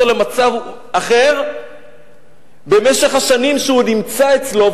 למצב אחר במשך השנים שהוא נמצא אצלו,